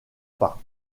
pas